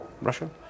Russia